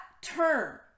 term